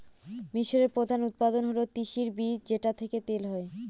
মিশরের প্রধান উৎপাদন হল তিসির বীজ যেটা থেকে তেল হয়